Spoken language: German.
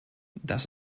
das